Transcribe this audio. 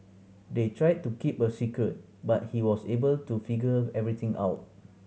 they tried to keep a secret but he was able to figure everything out